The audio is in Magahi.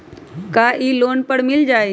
का इ लोन पर मिल जाइ?